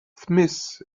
smith